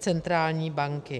centrální banky.